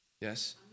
Yes